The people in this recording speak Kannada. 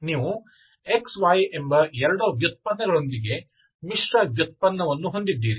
ನೀವು xy ಎಂಬ ಎರಡು ವ್ಯುತ್ಪನ್ನಗಳೊಂದಿಗೆ ಮಿಶ್ರ ವ್ಯುತ್ಪನ್ನವನ್ನು ಹೊಂದಿದ್ದೀರಿ